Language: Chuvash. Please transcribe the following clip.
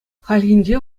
хальхинче